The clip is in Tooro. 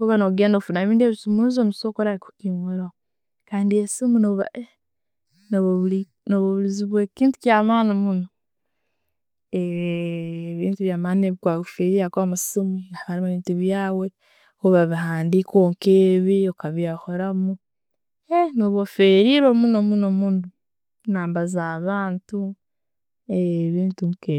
Orba no genda no funayo ebindi ebisumuruzo okakinguraho baitu esiimu ne ba, no ba obulizibwe kintu ekyamaani. Ebintu bya maani ebikuba bifire, habwokuba musiimu, haro bintu byawe ebyoyawire orba bihandiko nkebyo, okabihandikamu no ba oferirwe muno muno, number za'abantu, ebintu nke.